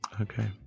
okay